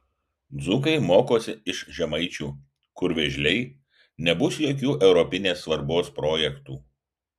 dzūkai mokosi iš žemaičių kur vėžliai nebus jokių europinės svarbos projektų